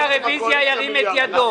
הוצאות חירום.